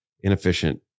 inefficient